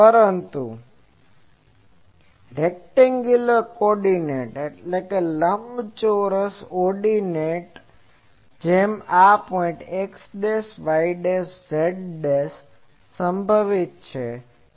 પરંતુ લંબચોરસ ઓર્ડીનેટની જેમ આ પોઈન્ટ xyz સંભવિત છે